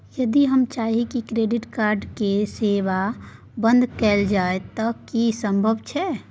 यदि हम चाही की क्रेडिट कार्ड के सेवा बंद कैल जाऊ त की इ संभव छै?